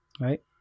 right